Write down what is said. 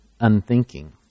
unthinking